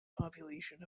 population